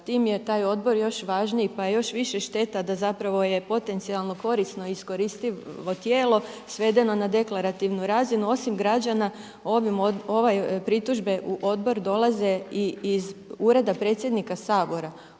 tim je taj odbor još važniji pa je još više šteta da zapravo je potencijalno korisno iskoristivo tijelo svedeno na deklarativnu razinu, osim građana ove pritužbe u odbor dolaze iz Ureda predsjednika Sabora,